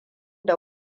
da